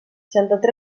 seixanta